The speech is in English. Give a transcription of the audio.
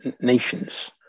nations